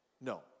no